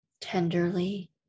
Tenderly